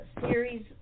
series